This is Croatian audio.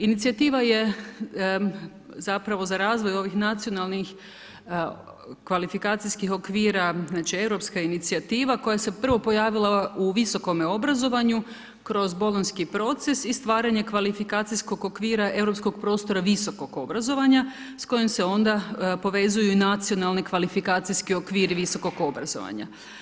Inicijativa je zapravo za razvoj ovih Nacionalnih kvalifikacijskih okvira europska inicijativa koja se prvo pojavila u visokom obrazovanju kroz bolonjski proces i stvaranje kvalifikacijskog okvira europskog prostora visokog obrazovanja s kojim se onda povezuju i Nacionalni kvalifikacijski okvir visokog obrazovanja.